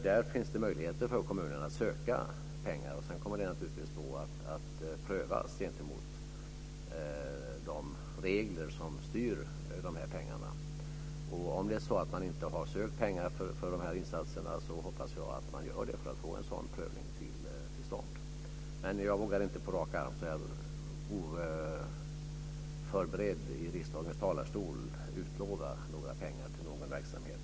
Det finns möjligheter för kommunerna att söka pengar, och sedan kommer det naturligtvis att prövas gentemot de regler som styr de här pengarna. Om det är så att man inte har sökt pengar för de här insatserna så hoppas jag att man gör det för att få en sådan prövning till stånd. Men jag vågar självfallet inte på rak arm så här oförberedd i riksdagens talarstol utlova några pengar till någon verksamhet.